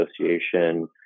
Association